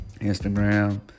Instagram